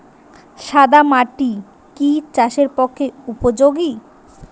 সাদা মাটি কি চাষের পক্ষে উপযোগী?